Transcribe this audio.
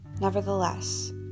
Nevertheless